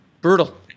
Brutal